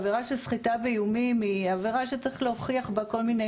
עבירה של סחיטה באיומים היא עבירה שצריך להוכיח בה כל מיני